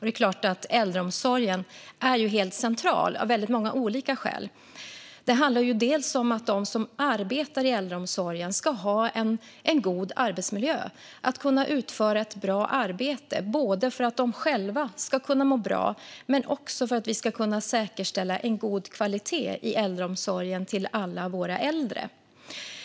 Det är klart att äldreomsorgen är helt central av väldigt många olika skäl. De som arbetar i äldreomsorgen ska ha en god arbetsmiljö och kunna utföra ett bra arbete, både för att de själva ska kunna må bra och för att vi ska kunna säkerställa en god kvalitet i äldreomsorgen till alla våra äldre.